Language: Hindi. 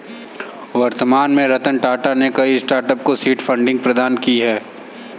वर्तमान में रतन टाटा ने कई स्टार्टअप को सीड फंडिंग प्रदान की है